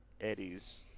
Eddie's